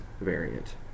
variant